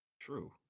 True